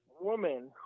woman